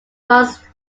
was